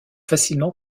facilement